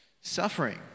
Suffering